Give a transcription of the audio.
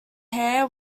hair